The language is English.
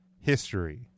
history